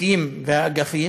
מהחוקים והאגפים,